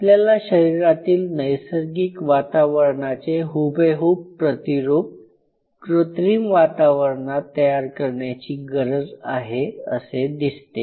आपल्याला शरीरातील नैसर्गिक वातावरणाचे हुबेहूब प्रतिरूप कृत्रिम वातावरणात तयार करण्याची गरज आहे असे दिसते